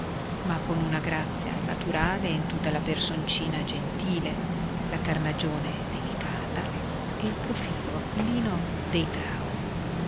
ma con una grazia naturale in tutta la personcina gentile la carnagione delicata e il profilo aquilino dei